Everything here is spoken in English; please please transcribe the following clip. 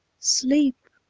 sleep!